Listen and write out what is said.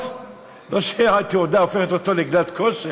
וכאשר אדם בעל אינטרס,